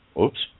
oops